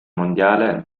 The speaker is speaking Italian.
mondiale